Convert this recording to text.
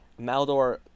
Maldor